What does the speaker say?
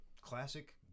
classic